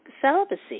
celibacy